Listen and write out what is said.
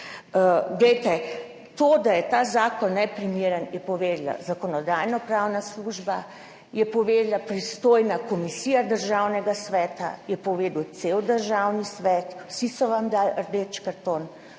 Glejte, to, da je ta zakon neprimeren, je povedala Zakonodajno-pravna služba, je povedala pristojna komisija Državnega sveta, je povedal cel Državni svet. Vsi so vam dali rdeč karton,